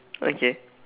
okay